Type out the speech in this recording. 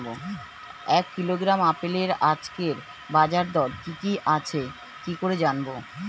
এক কিলোগ্রাম আপেলের আজকের বাজার দর কি কি আছে কি করে জানবো?